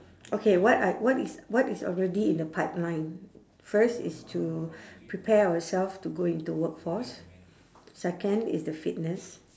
okay what are what is what is already in the pipeline first is to prepare ourself to go into workforce second is the fitness